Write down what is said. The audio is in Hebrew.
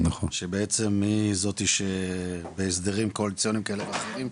שבעצם היא זאתי שבהסדרים קואליציוניים ואחרים.